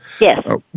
Yes